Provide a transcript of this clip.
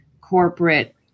corporate